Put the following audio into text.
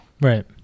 Right